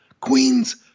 Queen's